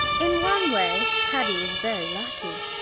in one way haddie was very lucky.